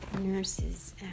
nurses